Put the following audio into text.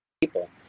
people